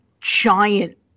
giant